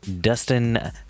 dustin